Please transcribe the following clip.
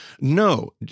No